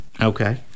Okay